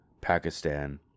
Pakistan